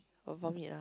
I'll vomit ah